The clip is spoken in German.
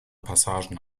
passagen